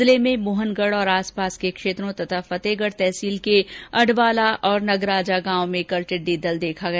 जिले में मोहनगढ और आसपास के क्षेत्रों तथा फतेहगढ तहसील के अडवाला और नगराजा गांव में कल टिड़डी दल देखा गया